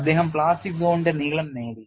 അദ്ദേഹം പ്ലാസ്റ്റിക് സോണിന്റെ നീളം നേടി